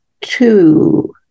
two